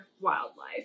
wildlife